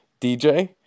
DJ